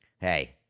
Hey